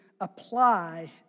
apply